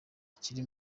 ikiri